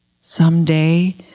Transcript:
Someday